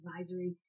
advisory